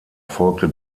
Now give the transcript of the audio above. folgte